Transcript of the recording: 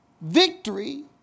victory